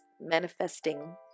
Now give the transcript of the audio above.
manifesting